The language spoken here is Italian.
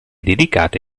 dedicate